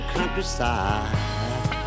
Countryside